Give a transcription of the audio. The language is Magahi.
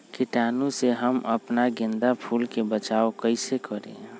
कीटाणु से हम अपना गेंदा फूल के बचाओ कई से करी?